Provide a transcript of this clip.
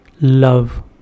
love